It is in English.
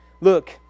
Look